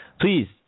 Please